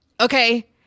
okay